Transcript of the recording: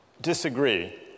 disagree